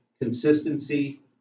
Consistency